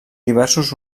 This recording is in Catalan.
diversos